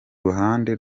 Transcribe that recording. ruhande